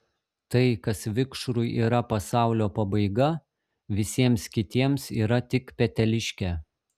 tai kas vikšrui yra pasaulio pabaiga visiems kitiems yra tik peteliškė